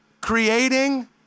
creating